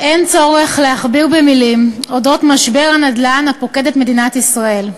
אין צורך להכביר מילים על אודות משבר הנדל"ן הפוקד את מדינת ישראל.